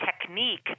technique